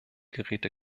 geräte